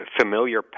familiar